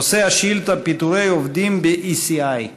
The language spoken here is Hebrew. נושא השאילתה: פיטורי עובדים ב-ECI.